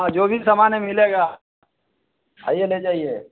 हाँ जो भी सामान है मिलेगा आइए ले जाइए